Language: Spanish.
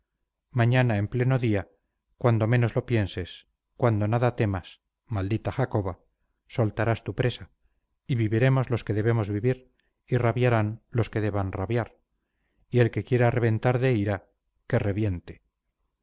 mañana en pleno día cuando menos lo pienses cuando nada temas maldita jacoba soltarás tu presa y viviremos los que debemos vivir y rabiarán los que deban rabiar y el que quiera reventar de ira que reviente